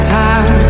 time